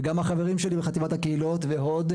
וגם החברים שלי בחטיבת הקהילות והוד,